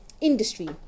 industry